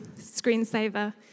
screensaver